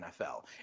NFL